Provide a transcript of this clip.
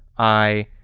i